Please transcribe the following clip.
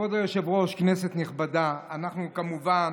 כבוד היושב-ראש, כנסת נכבדה, אנחנו כמובן